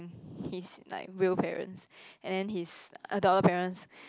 mm his like real parents and then his adoptive parents